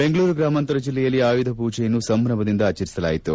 ಬೆಂಗಳೂರು ಗ್ರಾಮಾಂತರ ಜಿಲ್ಲೆಯಲ್ಲಿ ಆಯುಧಪೂಜೆಯನ್ನು ಸಂಭ್ರಮದಿಂದ ಆಚರಿಸಲಾಯಿತು